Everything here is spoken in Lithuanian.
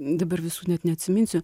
dabar visų net neatsiminsiu